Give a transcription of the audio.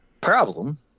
problem